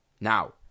Now